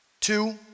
Two